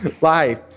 life